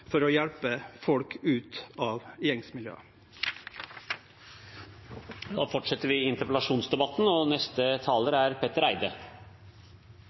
for å hjelpe folk ut av